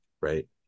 right